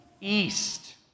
East